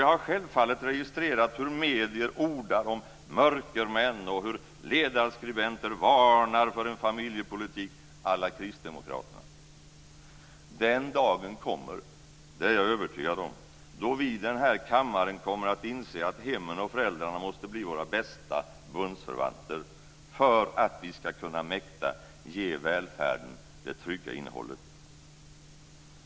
Jag har självfallet registrerat hur medier ordar om mörkermän och hur ledarskribenter varnar för en familjepolitik à la Kristdemokraterna. Jag är övertygad om att den dagen kommer då vi i den här kammaren kommer att inse att hemmen och föräldrarna måste bli våra bästa bundsförvanter för att vi ska mäkta ge välfärden det trygga innehållet.